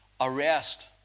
arrest